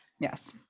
Yes